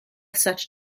such